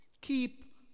Keep